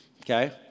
okay